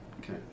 Okay